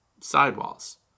sidewalls